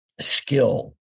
skill